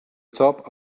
top